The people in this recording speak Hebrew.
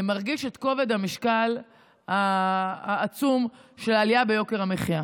מרגיש את כובד המשקל העצום של העלייה ביוקר המחיה.